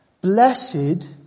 Blessed